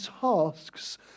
tasks